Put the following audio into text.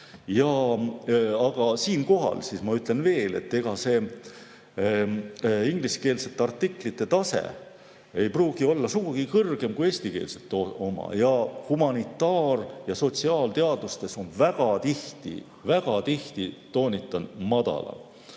Aga siinkohal ma ütlen veel, et ega see ingliskeelsete artiklite tase ei pruugi olla sugugi kõrgem kui eestikeelsete oma, ja humanitaar‑ ja sotsiaalteadustes on väga tihti – väga tihti, toonitan – madalam.